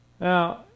Now